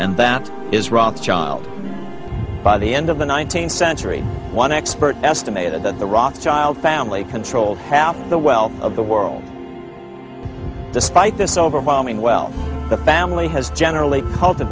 and that is rothschild by the end of the nineteenth century one expert estimated that the rothschild family controlled half the wealth of the world despite this overwhelming well the family has generally called the